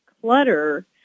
clutter